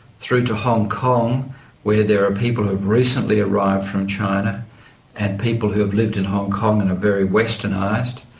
through to hong kong where there are people who have recently arrived from china and people who have lived in hong kong and are very westernised,